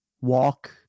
walk